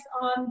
on